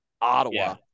Ottawa